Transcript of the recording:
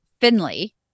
finley